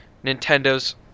Nintendo's